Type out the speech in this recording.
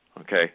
Okay